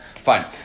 Fine